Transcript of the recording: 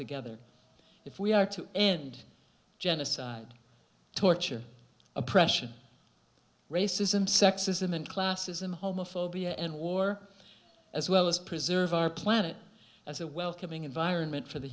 together if we are to end genocide torture oppression racism sexism and classism homophobia and war as well as preserve our planet as a welcoming environment for the